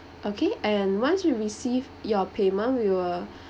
okay and once we receive your payment we will